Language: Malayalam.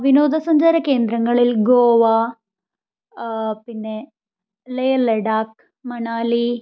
വിനോദസഞ്ചാര കേന്ദ്രങ്ങളിൽ ഗോവ പിന്നെ ലെ ലഡാക്ക് മണാലി